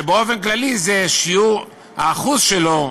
כשבאופן כללי האחוז שלו,